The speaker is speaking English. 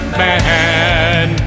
man